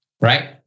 right